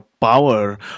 power